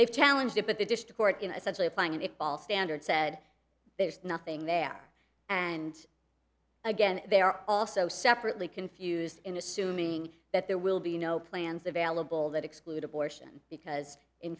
they've challenge to put the dish to court in such a way applying it all standard said there's nothing there and again they are also separately confused in assuming that there will be no plans available that exclude abortion because in